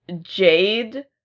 Jade